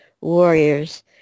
Warriors